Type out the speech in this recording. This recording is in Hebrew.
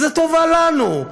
זה טובה לנו,